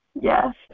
Yes